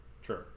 Sure